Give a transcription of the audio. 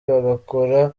bagakora